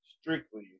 strictly